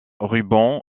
ruban